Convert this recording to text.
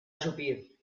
ajupir